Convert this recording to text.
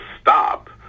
stop